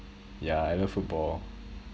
yeah I love football